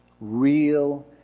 real